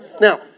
Now